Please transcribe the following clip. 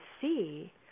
see